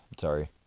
Sorry